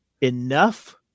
enough